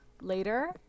later